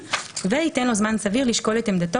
בתוך המבחן,